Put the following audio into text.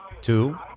Two